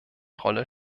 rolle